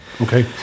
Okay